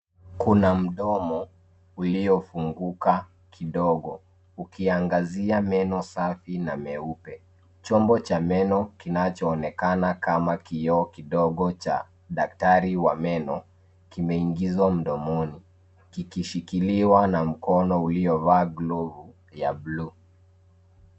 Kuna mdomo uliofunguka kidogo ukiangazia meno safi na meupe. Chombo cha meno kinachoonekana kama kioo kidogo cha daktari wa meno kimeingizwa mdomoni kikishikiliwa na mkono uliovaa glovu ya blue .